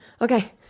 Okay